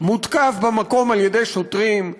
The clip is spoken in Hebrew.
מותקף במקום על-ידי שוטרים,